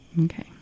Okay